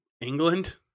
England